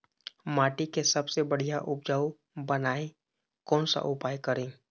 माटी के सबसे बढ़िया उपजाऊ बनाए कोन सा उपाय करें?